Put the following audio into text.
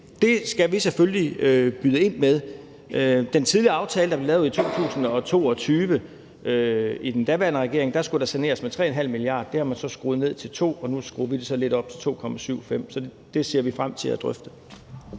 det, skal vi selvfølgelig byde ind med. I den tidligere aftale, der blev lavet i 2022 i den daværende regering, skulle der saneres med 3,5 milliarder. Det tal har man så skruet ned til 2, og nu skruer vi det så lidt op til 2,75. Det ser vi frem til at drøfte.